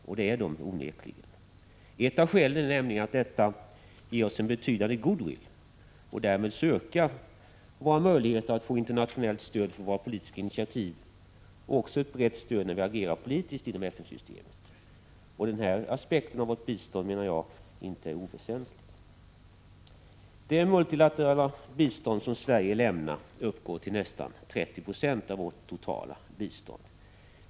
Och det är onekligen också betydande. Ett av skälen är att detta ger oss en betydande goodwill, vilket ökar våra möjligheter att få internationellt gehör för våra politiska initiativ och ett brett stöd när vi agerar politiskt inom FN-systemet. Den här aspekten av vårt bistånd menar jag inte är oväsentlig. Det multilaterala bistånd som Sverige lämnar uppgår till nästan 30 96 av vårt totala bistånd.